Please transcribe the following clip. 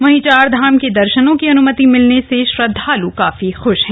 वहीं चारधाम के दर्शनों की अनुमति मिलने से श्रदधाल् काफी ख्श हैं